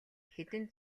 хэдэн